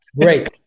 Great